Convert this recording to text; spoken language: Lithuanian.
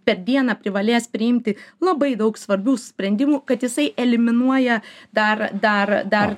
per dieną privalės priimti labai daug svarbių sprendimų kad jisai eliminuoja dar dar dar